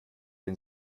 den